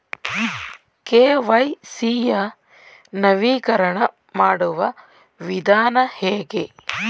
KYC ಯ ನವೀಕರಣ ಮಾಡುವ ವಿಧಾನ ಹೇಗೆ?